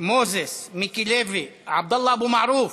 מוזס, מיקי לוי, עבדאללה אבו מערוף,